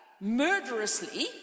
murderously